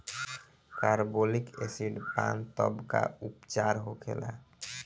Carbolic acid पान तब का उपचार होखेला?